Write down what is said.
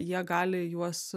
jie gali juos